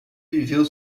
viveu